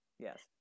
yes